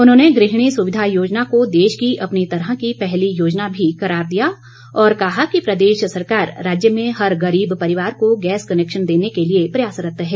उन्होंने गृहिणी सुविधा योजना को देश की अपनी तरह की पहली योजना भी करार दिया और कहा कि प्रदेश सरकार राज्य में हर गरीब परिवार को गैस कनैक्शन देने के लिए प्रयासरत्त है